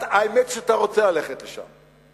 האמת שאתה רוצה ללכת לשם,